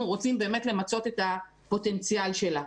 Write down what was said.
רוצים באמת למצות את הפוטנציאל שלה.